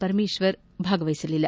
Parameshwar ಭಾಗವಹಿಸಲಿಲ್ಲ